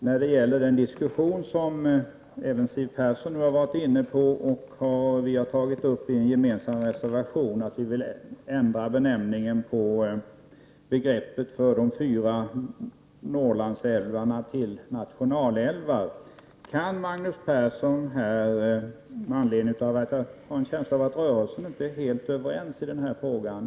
När det gäller ett spörsmål som jag och även Siw Persson har tagit upp och som vi också har behandlat i en gemensam reservation, nämligen ändring av benämningen på de fyra Norrlandsävlarna — vi vill kalla dem nationalälvar — skulle jag vilja veta följande med tanke på att jag har en känsla av att rörelsen inte är helt överens i denna fråga.